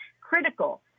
critical